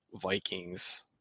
Vikings